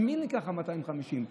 ממי נלקחו ה-250 מיליון?